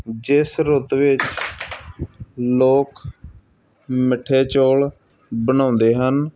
ਜਿਸ ਰੁੱਤ ਵਿੱਚ ਲੋਕ ਮਿੱਠੇ ਚੌਲ ਬਣਾਉਂਦੇ ਹਨ